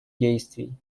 действий